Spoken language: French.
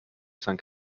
cinq